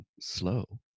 slow